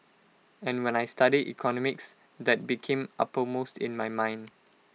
and when I studied economics that became uppermost in my mind